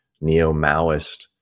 neo-Maoist